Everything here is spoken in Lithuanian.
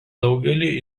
daugeliui